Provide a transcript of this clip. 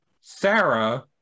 Sarah